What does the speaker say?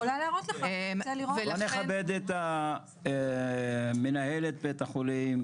בואו נכבד את מנהלת בית החולים,